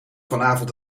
vanavond